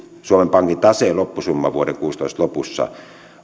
suomen pankin taseen loppusumma vuoden kuusitoista lopussa